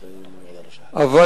אבל,